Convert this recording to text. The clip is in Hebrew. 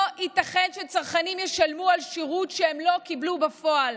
לא ייתכן שצרכנים ישלמו על שירות שהם לא קיבלו בפועל.